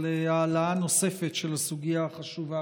על העלאה נוספת של הסוגיה החשובה.